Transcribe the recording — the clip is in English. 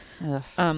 Yes